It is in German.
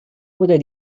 oder